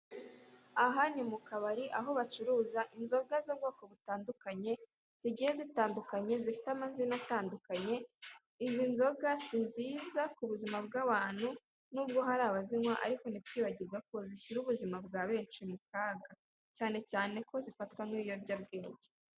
Aha ni mu kabari , aho bacuruza inzoga z'ubwoko butandukanye, zigiye zitandukanye, zifite amazina atandukanye, izi nzoga si nziza ku buzima bw'abantu, n'ubwo hari abazinywa ariko ntitwibagirwe ko zishyira ubuzima bwa benshi mu kaga, cyane cyane ko zifatwa nk'ibiyobyabwenge.